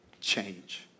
change